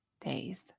days